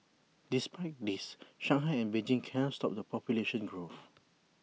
despite this Shanghai and Beijing cannot stop the population growth